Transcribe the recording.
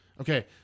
Okay